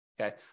Okay